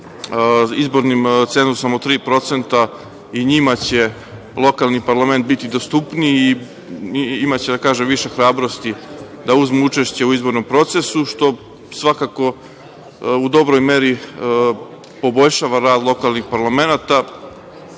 izbornim cenzusom od 3% i njima će lokalni parlament biti dostupniji i imaće, da kažem, više hrabrosti da uzmu učešće u izbornom procesu, što svakako u dobroj meri poboljšava rad lokalnih parlamenata. Ono